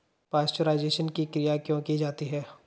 Pasteurisation की क्रिया क्यों की जाती है?